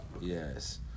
Yes